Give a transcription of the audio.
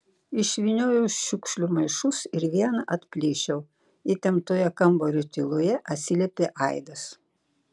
išvyniojau šiukšlių maišus ir vieną atplėšiau įtemptoje kambario tyloje atsiliepė aidas